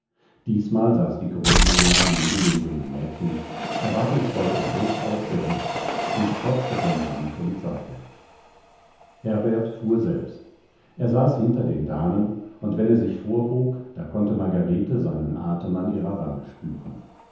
diesmal saß die großmama neben dem jungen mädchen erwartungsvoll und hoch aufgereckt sie strotzte von samt und seide herbert fuhr selbst er saß hinter den damen und wenn er sich vorbog da konnte margarete seinen atem an ihrer wange spüren